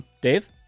Dave